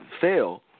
fail